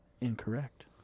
Incorrect